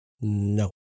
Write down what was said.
No